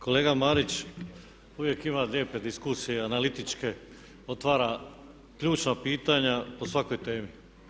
Kolega Marić, uvijek ima lijepe diskusije analitičke, otvara ključna pitanja po svakoj temi.